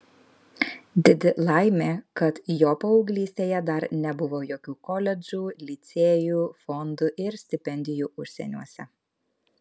didi laimė kad jo paauglystėje dar nebuvo jokių koledžų licėjų fondų ir stipendijų užsieniuose